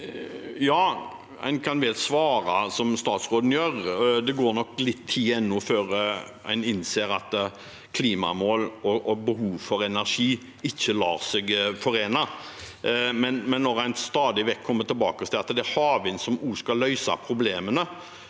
Ja, en kan vel sva- re som statsråden gjør. Det går nok litt tid ennå før en innser at klimamål og behov for energi ikke lar seg forene, men når en stadig vekk kommer tilbake til at det er havvind som skal løse problemene